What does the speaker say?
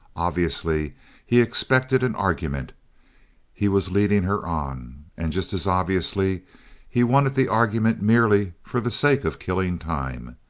obviously he expected an argument he was leading her on. and just as obviously he wanted the argument merely for the sake of killing time.